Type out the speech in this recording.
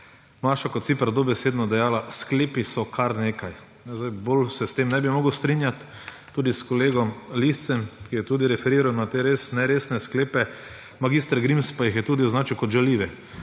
Maša Kociper, dobesedno dejala, »sklepi so kar nekaj«. Bolj se s tem ne bi model strinjati, tudi s kolegom Liscem, ki je tudi referiral na te res neresne sklepe, mag. Grims pa jih je tudi označil kot žaljive,